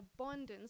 abundance